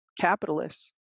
capitalists